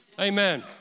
Amen